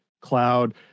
Cloud